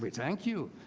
but thank you.